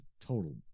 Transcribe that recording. total